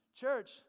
church